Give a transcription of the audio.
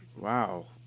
Wow